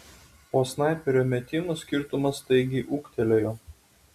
po snaiperio metimų skirtumas staigiai ūgtelėjo